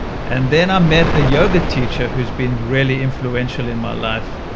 and then i met a yoga teacher who's been really influential in my life,